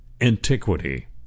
antiquity